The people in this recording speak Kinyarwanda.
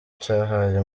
cyahaye